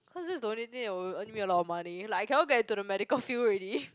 cause this is the only thing that will earn me a lot of money like I cannot get into the medical field already